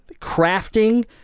crafting